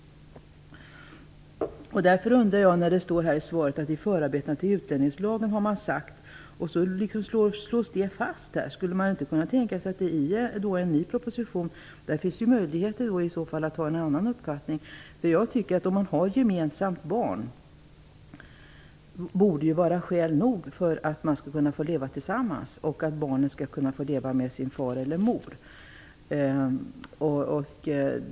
I svaret står det att i förarbetena till utlänningslagen har man sagt att endast ett gemensamt barn inte är tillräckligt för att en ny ansökan skall kunna bifallas. Det slås fast. Skulle man inte kunna tänka sig att i en ny proposition framföra en annan uppfattning? Om det finns ett gemensamt barn borde det vara skäl nog för att man skall få leva tillsammans och för att barnet skall kunna få leva tillsammans med sin far eller mor.